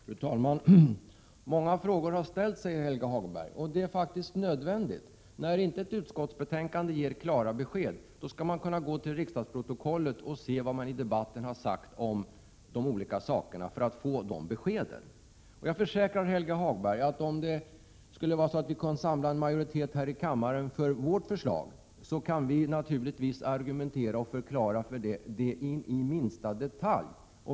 Fru talman! Många frågor har ställts, säger Helge Hagberg, och det är faktiskt nödvändigt. När ett utskottsbetänkande inte ger klara besked skall man kunna gå till riksdagsprotokollet och se vad som har sagts i debatten för att få dessa besked. Jag försäkrar Helge Hagberg att om vi kunde samla en majoritet i kammaren för vårt förslag kan vi naturligtvis argumentera för det och förklara det in i minsta detalj.